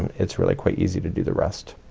it's really quite easy to do the rest.